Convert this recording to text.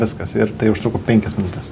viskas ir tai užtruko penkias minutes